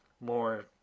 more